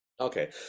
Okay